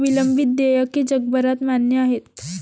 विलंबित देयके जगभरात मान्य आहेत